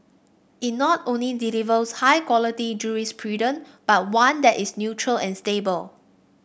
it not only delivers high quality jurisprudent but one that is neutral and stable